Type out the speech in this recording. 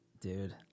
Dude